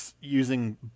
using